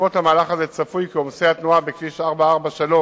בעקבות המהלך הזה צפוי כי עומס התנועה בכביש 443